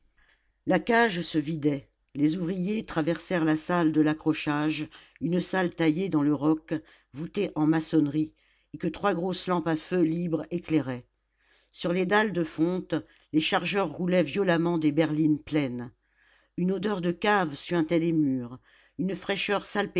la cage se vidait les ouvriers traversèrent la salle de l'accrochage une salle taillée dans le roc voûtée en maçonnerie et que trois grosses lampes à feu libre éclairaient sur les dalles de fonte les chargeurs roulaient violemment des berlines pleines une odeur de cave suintait des murs une fraîcheur